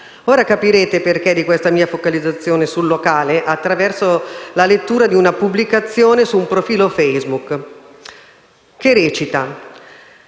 Ora capirete il perché della mia focalizzazione sul locale, attraverso la lettura di una pubblicazione su un profilo Facebook, che recita: